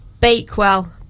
Bakewell